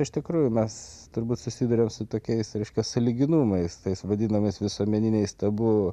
iš tikrųjų mes turbūt susiduriam su tokiais reiškia sąlyginumais tais vadinamais visuomeniniais tabu